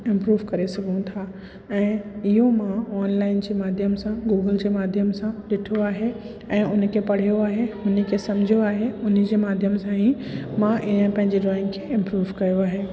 improve करे सघूं था ऐं इहो मां ऑनलाइन जे माध्यम सां गूगल जे माध्यम सां ॾिठो आहे ऐं उन खे पढ़ियो आहे उन खे सम्झयो आहे उन जे माध्यम सां ई मां पंहिंजे ड्रॉइंग खे इंप्रूव कयो आहे